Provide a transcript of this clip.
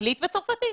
רוסית וצרפתית.